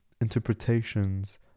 interpretations